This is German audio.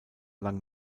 lang